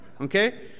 Okay